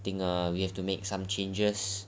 think err we have to make some changes